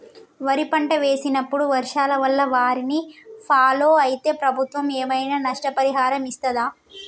వరి పంట వేసినప్పుడు వర్షాల వల్ల వారిని ఫాలో అయితే ప్రభుత్వం ఏమైనా నష్టపరిహారం ఇస్తదా?